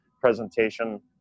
presentation